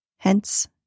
Hence